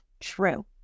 true